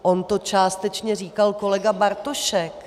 On to částečně říkal kolega Bartošek.